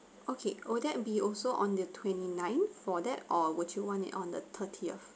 okay oh that'll be also on the twenty nine for that or would you want it on the thirtieth